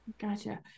gotcha